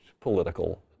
political